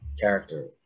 character